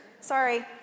Sorry